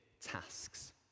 tasks